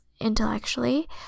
intellectually